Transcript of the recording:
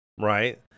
right